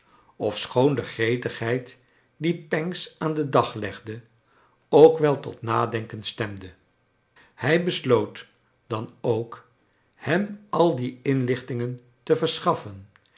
ofschoon de gretigheid die pancks aan den dag legde ook wel tot nadenken stemde hij besloot dan ook hem al die inlichtingen te verschaffen